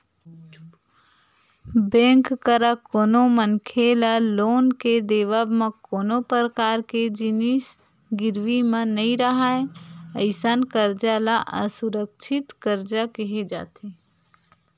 bank करा कोनो मनखे ल लोन के देवब म कोनो परकार के जिनिस गिरवी म नइ राहय अइसन करजा ल असुरक्छित करजा केहे जाथे